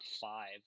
five